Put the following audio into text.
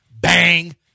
Bang